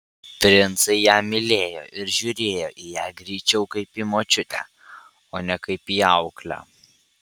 princai ją mylėjo ir žiūrėjo į ją greičiau kaip į močiutę o ne kaip į auklę